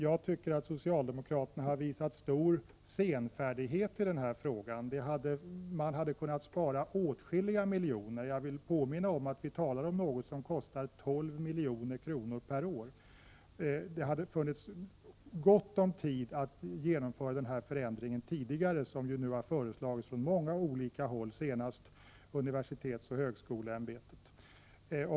Jag tycker att socialdemokrater na har visat stor senfärdighet i den här frågan. Man hade kunnat spara åtskilliga miljoner — jag vill påminna om att vi talar om någonting som kostar 12 milj.kr. per år. Man har haft god tid på sig. Man kunde därför för flera år sedan ha gjort något åt regionstyrelserna. Frågan har ju aktualiserats från många olika håll, nu senast från universitetsoch högskoleämbetet.